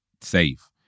safe